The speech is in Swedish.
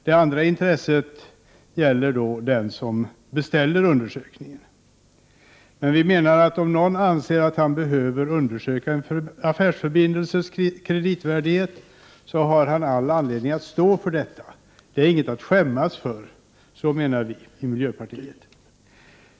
Det andra intresset gäller den som beställer undersökningen. Vi menar att om någon anser att han behöver undersöka en affärsförbindelses kreditvärdighet så har han all anledning att stå för detta. Det är inget att skämmas för, menar vi i miljöpartiet.